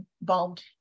involved